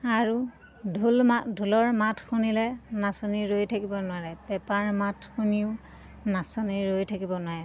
আৰু ঢোল মা ঢোলৰ মাত শুনিলে নাচনী ৰৈ থাকিব নোৱাৰে পেঁপাৰ মাত শুনিও নাচনী ৰৈ থাকিব নোৱাৰে